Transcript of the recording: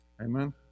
Amen